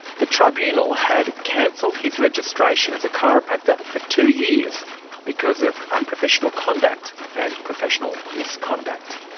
the tribunal had cancelled his registration as a chiropractor for two years because of unprofessional conduct and professional misconduct.